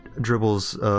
Dribble's